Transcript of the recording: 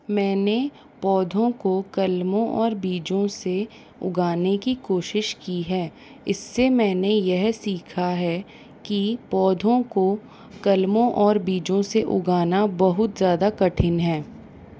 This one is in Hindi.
मैंने पौधों को कलमों और बीजों से उगाने की कोशिश की है इससे मैंने यह सीखा है की पौधों को कलमों और बीजों से उगाना बहुत ज़्यादा कठिन है